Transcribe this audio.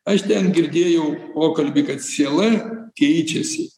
aš ten girdėjau pokalbį kad siela keičiasi